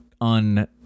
un-